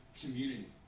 community